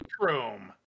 chrome